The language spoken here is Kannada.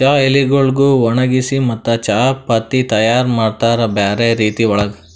ಚಹಾ ಎಲಿಗೊಳಿಗ್ ಒಣಗಿಸಿ ಮತ್ತ ಚಹಾ ಪತ್ತಿ ತೈಯಾರ್ ಮಾಡ್ತಾರ್ ಬ್ಯಾರೆ ರೀತಿ ಒಳಗ್